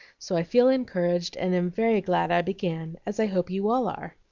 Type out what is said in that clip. so i feel encouraged and am very glad i began, as i hope you all are.